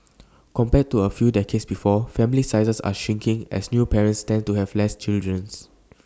compared to A few decades before family sizes are shrinking as new parents tend to have less children